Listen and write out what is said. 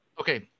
Okay